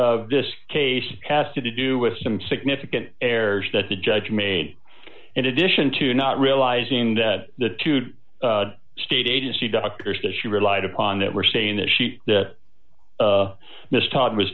of this case has to do with some significant errors that the judge made in addition to not realizing the two to state agency doctors that she relied upon that were saying that she that miss todd was